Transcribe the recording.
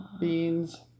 Beans